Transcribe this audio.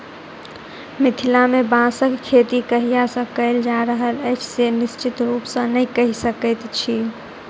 मिथिला मे बाँसक खेती कहिया सॅ कयल जा रहल अछि से निश्चित रूपसॅ नै कहि सकैत छी